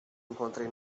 encontrei